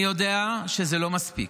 אני יודע שזה לא מספיק,